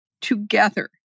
together